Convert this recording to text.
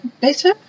better